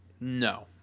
No